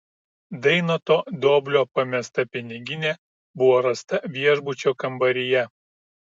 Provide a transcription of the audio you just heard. dainoto doblio pamesta piniginė buvo rasta viešbučio kambaryje